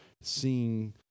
seeing